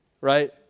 right